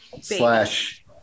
slash